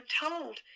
told